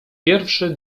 pierwszy